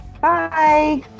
Bye